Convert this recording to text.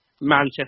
Manchester